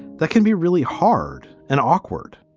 that can be really hard and awkward